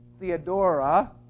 Theodora